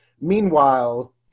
Meanwhile